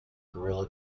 gorilla